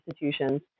institutions